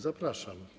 Zapraszam.